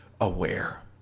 aware